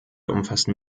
umfassen